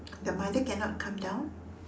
the mother cannot come down